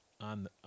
on